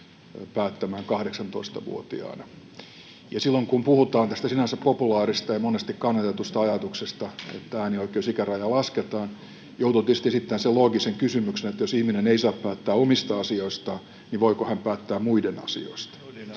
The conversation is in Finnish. päättämään 18-vuotiaana. Silloin kun puhutaan tästä sinänsä populaarista ja monesti kannatetusta ajatuksesta, että äänioikeusikärajaa lasketaan, joutuu tietysti esittämään sen loogisen kysymyksen, että jos ihminen ei saa päättää omista asioistaan, voiko hän päättää muiden asioista.